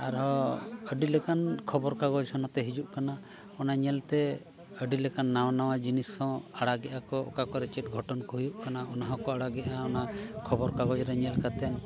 ᱟᱨᱦᱚᱸ ᱟᱹᱰᱤ ᱞᱮᱠᱟᱱ ᱠᱷᱚᱵᱚᱨ ᱠᱟᱜᱚᱡᱽ ᱦᱚᱸ ᱱᱚᱛᱮ ᱦᱤᱡᱩᱜ ᱠᱟᱱᱟ ᱚᱱᱟ ᱧᱮᱞᱛᱮ ᱟᱹᱰᱤ ᱞᱮᱠᱟ ᱱᱟᱣᱟ ᱱᱟᱣᱟ ᱡᱤᱱᱤᱥ ᱦᱚᱸ ᱟᱲᱟᱜᱮᱜᱜᱼᱟ ᱠᱚ ᱚᱠᱟ ᱠᱚᱨᱮᱜ ᱪᱮᱫ ᱜᱷᱚᱴᱚᱱ ᱠᱚ ᱦᱩᱭᱩᱜ ᱠᱟᱱᱟ ᱚᱱᱟ ᱦᱚᱸᱠᱚ ᱟᱲᱟᱜᱮᱜᱼᱟ ᱚᱱᱟ ᱠᱷᱚᱵᱚᱨ ᱠᱟᱜᱚᱡᱽ ᱨᱮ ᱧᱮᱞ ᱠᱟᱛᱮᱫ